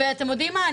ואתם יודעים מה?